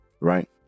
right